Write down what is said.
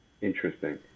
interesting